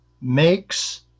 makes